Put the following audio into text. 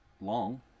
long